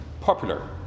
popular